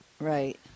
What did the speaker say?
Right